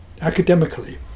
academically